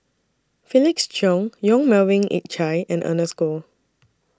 Felix Cheong Yong Melvin Yik Chye and Ernest Goh